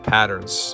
patterns